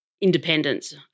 independence